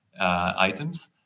items